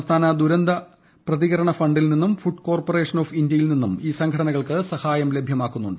സംസ്ഥാന ദുരന്ത പ്രതികരണ ഫണ്ടിൽ നിന്നും ഫുഡ് കോർപ്പറേഷൻ ഓഫ് ഇന്ത്യയിൽ നിന്നും ഈ സംഘടനകൾക്ക് സഹായം ലഭ്യമാക്കുന്നുണ്ട്